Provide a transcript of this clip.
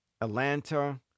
Atlanta